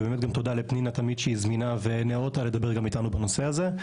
ובאמת תודה גם לפנינה שהיא תמיד זמינה ונאותה לדבר גם איתנו בנושא הזה.